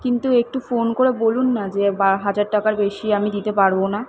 কিন্তু একটু ফোন করে বলুন না যে বা হাজার টাকার বেশি আমি দিতে পারবো না